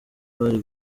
bari